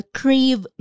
crave